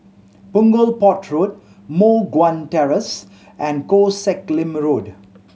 Punggol Port Road Moh Guan Terrace and Koh Sek Lim Road